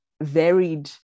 varied